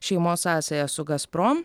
šeimos sąsajas su gazprom